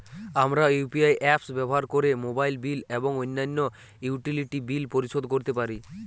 আমরা UPI apps ব্যবহার করে মোবাইল বিল এবং অন্যান্য ইউটিলিটি বিল পরিশোধ করতে পারি